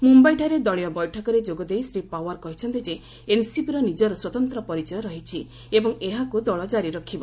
ମୁମ୍ୟାଇଠାରେ ଦଳୀୟ ବୈଠକରେ ଯୋଗଦେଇ ଶୀ ପାଓ୍ବାର କହିଛନ୍ତି ଯେ ଏନସିପିର ନିଜର ସ୍ୱତନ୍ତ୍ର ପରିଚୟ ରହିଛି ଏବଂ ଏହାକୁ ଦଳ ଜାରି ରଖିବ